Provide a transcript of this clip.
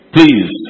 Please